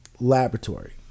laboratory